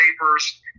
papers